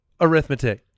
arithmetic